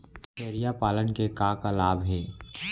छेरिया पालन के का का लाभ हे?